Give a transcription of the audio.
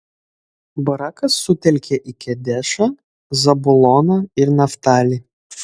barakas sutelkė į kedešą zabuloną ir naftalį